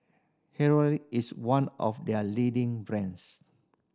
is one of there leading brands